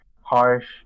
harsh